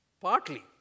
partly